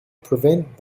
prevent